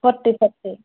forty forty